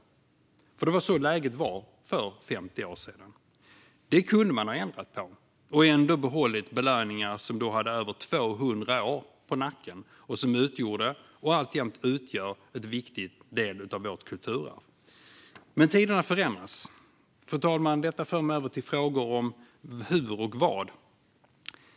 Det var alltså så läget var för 50 år sedan. Detta kunde man ha ändrat på och ändå behållit belöningar som då hade över 200 år på nacken och som utgjorde och alltjämt utgör en viktig del av vårt kulturarv. Men tiderna förändras. Fru talman! Detta för mig över till frågor om hur och vad.